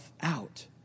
out